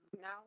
Now